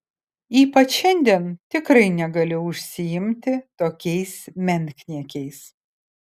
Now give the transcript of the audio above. ypač šiandien tikrai negali užsiimti tokiais menkniekiais